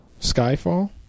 Skyfall